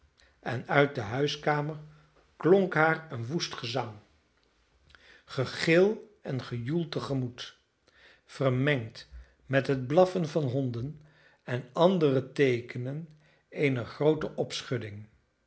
en uit de huiskamer klonk haar een woest gezang gegil en gejoel tegemoet vermengd met het blaffen van honden en andere teekenen eener groote opschudding